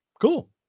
Cool